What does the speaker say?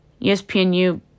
ESPNU